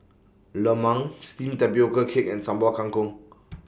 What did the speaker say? Lemang Steamed Tapioca Cake and Sambal Kangkong